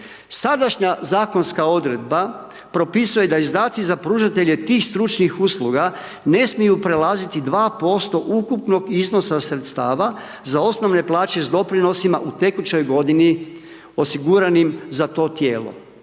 Sadašnja zakonska odredba propisuje da izdaci za pružatelje tih stručnih usluga ne smiju prelaziti 2% ukupnog iznosa sredstava za osnovne plaće s doprinosima u tekućoj godini osiguranim za to tijelo,